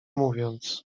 mówiąc